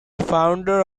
founder